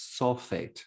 sulfate